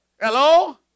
Hello